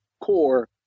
core